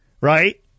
right